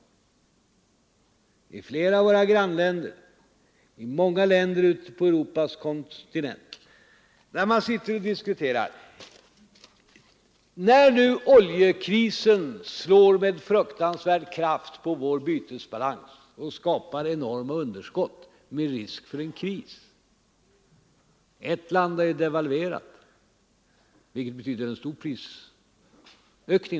Det gäller flera av våra grannländer och många länder ute på Europas kontinent, när nu oljekrisen slår med fruktansvärd kraft på bytesbalansen och skapar enorma underskott med risk för en kris. Ett land har devalverat, vilket naturligtvis betyder en stor prisökning.